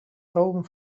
home